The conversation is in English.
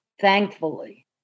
Thankfully